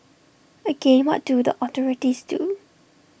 again what do the authorities do